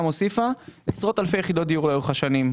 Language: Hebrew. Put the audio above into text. הוסיפה עשרות אלפי יחידות דיור לאורך השנים.